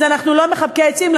אז אנחנו לא מחבקי עצים,